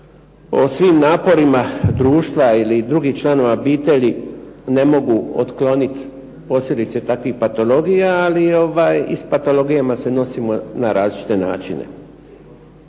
o svim naporima društva ili drugih članova obitelji ne mogu otkloniti posebice takvih patologija, ali i s patologijama se nosimo na različite načine.